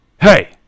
hey